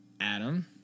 Adam